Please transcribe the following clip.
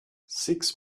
six